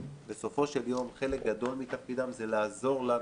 בסופו של יום חלק גדול מתפקידם זה לעזור לנו,